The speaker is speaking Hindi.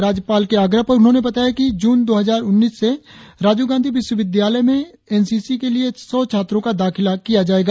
राज्यपाल के आग्रह पर उन्होंने बताया कि जून दो हजार उन्नीस से राजीव गांधी विश्वविद्यालय में एन सी सी के लिए सौ छात्रों का दाखिला किया जायेगा